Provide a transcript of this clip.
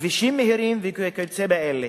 כבישים מהירים וכיוצא באלה,